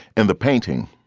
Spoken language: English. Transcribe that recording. and the painting,